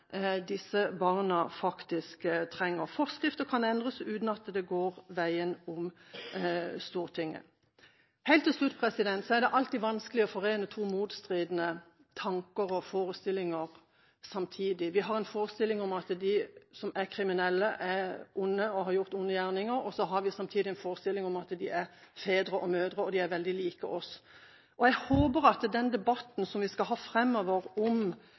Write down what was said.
er alltid vanskelig å forene to motstridende tanker og forestillinger samtidig. Vi har en forestilling om at de som er kriminelle, er onde og har gjort onde gjerninger, og så har vi samtidig en forestilling om at de er fedre og mødre og veldig lik oss. Jeg håper at den debatten vi skal ha framover om